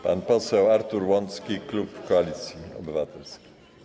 Pan poseł Artur Łącki, klub Koalicja Obywatelska.